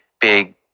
big